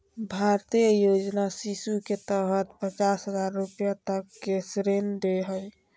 भारतीय योजना शिशु के तहत पचास हजार रूपया तक के ऋण दे हइ